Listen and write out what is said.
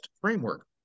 framework